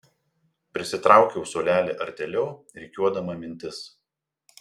prisitraukiau suolelį artėliau rikiuodama mintis